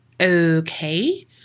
okay